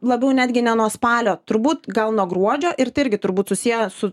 labiau netgi ne nuo spalio turbūt gal nuo gruodžio ir tai irgi turbūt susiję su